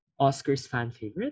OscarsFanFavorite